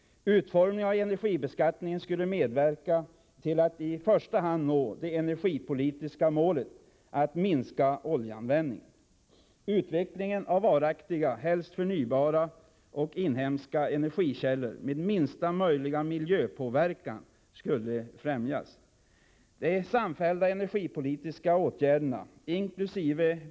Utformningen av energibeskattningen skulle medverka till att i första hand nå det energipolitiska målet att minska oljeanvändningen. Utvecklingen av varaktiga, helst förnybara och inhemska, energikällor med minsta möjliga miljöpåverkan skulle främjas. De samfällda energipolitiska åtgärder, inkl.